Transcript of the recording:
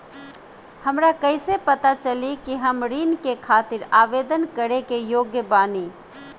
हमरा कइसे पता चली कि हम ऋण के खातिर आवेदन करे के योग्य बानी?